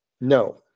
no